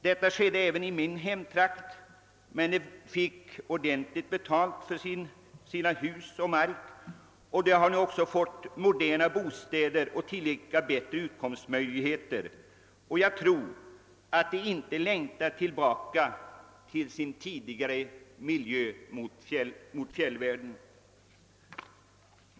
Så skedde även i min hemtrakt, men vederbörande fick ordentligt betalt för sina hus och sin mark. De har nu även fått moderna bostäder och tilllika bättre utkomstmöjligheter. Jag tror inte att de längtar tillbaka till sin tidigare miljö.